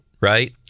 right